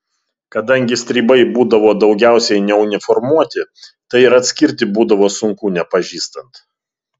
kadangi stribai būdavo daugiausiai neuniformuoti tai ir atskirti būdavo sunku nepažįstant